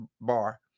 bar